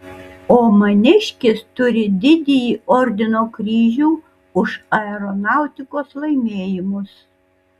o maniškis turi didįjį ordino kryžių už aeronautikos laimėjimus